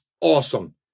awesome